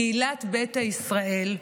קהילת ביתא ישראל,